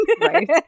Right